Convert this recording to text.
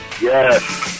Yes